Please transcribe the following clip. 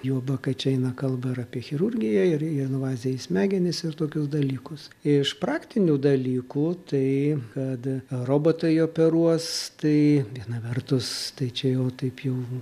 juoba kad čia eina kalba ir apie chirurgiją ir invaziją į smegenis ir tokius dalykus iš praktinių dalykų tai kad robotai operuos tai viena vertus tai čia jau taip jau